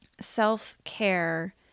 self-care